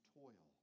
toil